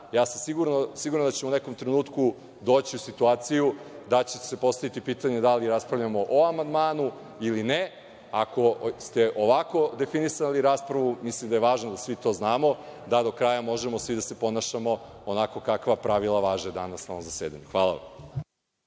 Ja sam siguran da ćemo u nekom trenutku doći u situaciju da će se postaviti pitanje da li raspravljamo o amandmanu ili ne. Ako ste ovako definisali raspravu, mislim da je važno da svi to znamo da do kraja možemo svi da se ponašamo onako kakva pravila važe danas na zasedanju. Hvala.